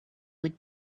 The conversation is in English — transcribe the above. would